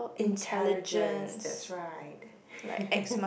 intelligence that's right